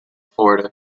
florida